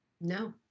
No